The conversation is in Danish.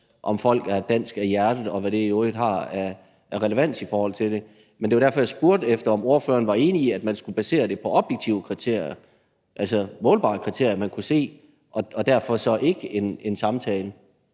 om folk er danske i hjertet, og hvad det i øvrigt har af relevans i forhold til det. Det var derfor, jeg spurgte efter, om ordføreren var enig i, at man skulle basere det på objektive kriterier, altså målbare kriterier, man kunne se, og derfor så ikke på en samtale.